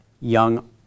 young